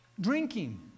drinking